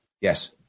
Yes